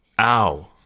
ow